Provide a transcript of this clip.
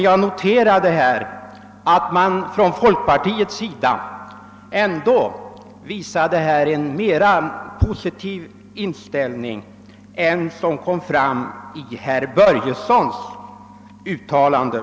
Jag noterade att man från folkpartiet visade en mera positiv inställning än den som kom till uttryck i herr Börjessons i Glömminge anförande.